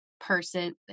person